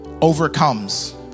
overcomes